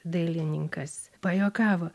dailininkas pajuokavo